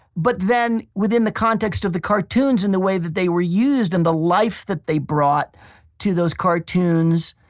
but then, within the context of the cartoons and the way that they were used and the life that they brought to those cartoons,